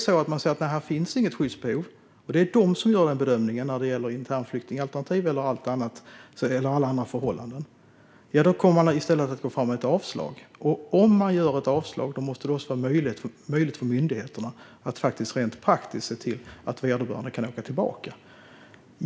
Men om man säger att det inte finns något skyddsbehov - och det är domstolarna som gör bedömningen när det gäller internflyktingalternativ eller andra förhållanden - kommer man i stället att ge avslag. Om man ger avslag måste det också vara möjligt för myndigheterna att rent praktiskt se till att vederbörande kan åka tillbaka.